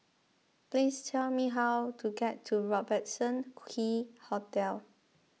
please tell me how to get to Robertson Key Hotel